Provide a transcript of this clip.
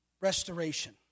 restoration